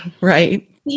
Right